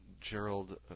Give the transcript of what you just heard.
Gerald